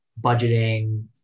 budgeting